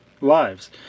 lives